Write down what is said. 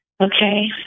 Okay